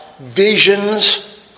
visions